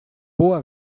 boa